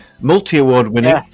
multi-award-winning